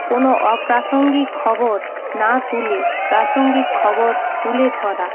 কোনো অপ্রাসঙ্গিক খবর না তুলে প্রাসঙ্গিক খবর তুলে ধরা